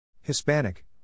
Hispanic